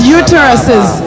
uteruses